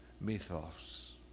mythos